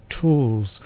tools